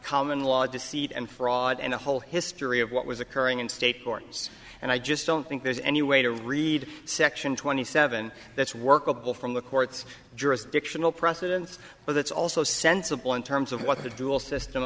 common law deceit and fraud and a whole history of what was occurring in state forms and i just don't think there's any way to read section twenty seven that's workable from the court's jurisdictional precedents but that's also sensible in terms of what the dual system